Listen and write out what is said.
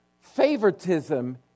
favoritism